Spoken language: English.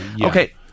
Okay